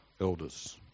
elders